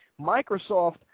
Microsoft